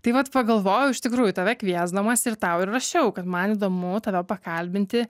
tai vat pagalvojau iš tikrųjų tave kviesdamas ir tau ir rašiau kad man įdomu tave pakalbinti